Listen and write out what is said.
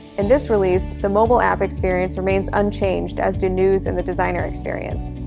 in this release, the mobile app experience remains unchanged, as do news and the designer experience.